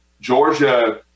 Georgia